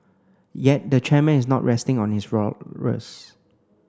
yet the chairman is not resting on his laurels